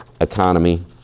economy